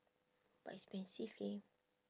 but expensive leh